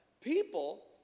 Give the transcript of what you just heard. people